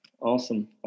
Awesome